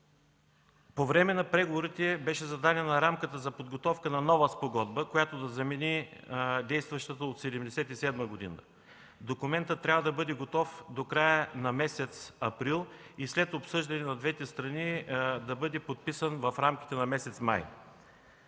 По време на преговорите беше зададена рамката за подготовка на нова спогодба, която да замени действащата от 1977 г. Документът трябва да бъде готов до края на месец април и след обсъждане на двете страни да бъде подписан в рамките на месец май.